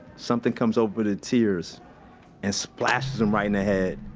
something comes over the tiers and splashes him right in the head.